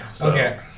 Okay